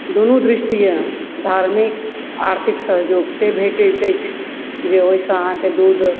दुनू दृष्टिये धार्मिक आर्थिक सहयोग से भेटैत अछि जे ओहिसँ अहाँके दूध